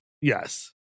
Yes